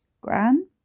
Gran